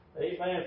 Amen